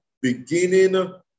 beginning